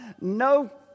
No